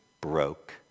broke